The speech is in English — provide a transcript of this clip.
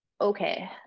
okay